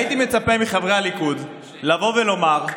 הייתי מצפה מחברי הליכוד לבוא ולומר: